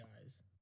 guys